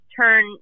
turn